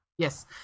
Yes